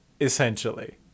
essentially